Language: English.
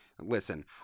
listen